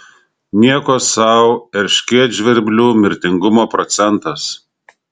nieko sau erškėtžvirblių mirtingumo procentas